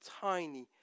tiny